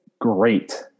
Great